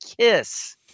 kiss